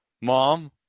Mom